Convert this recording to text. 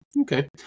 Okay